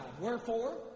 Wherefore